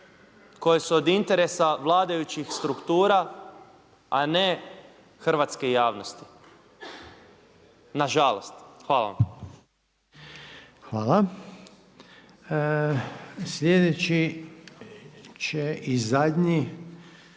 koje su od interesa vladajućih struktura, a ne hrvatske javnosti, nažalost. Hvala vam. **Reiner, Željko